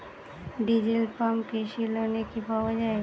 Diesel pump কৃষি লোনে কি পাওয়া য়ায়?